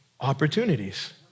opportunities